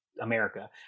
America